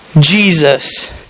Jesus